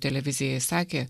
televizijai sakė